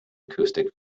acoustic